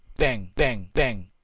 bang! bang! bang!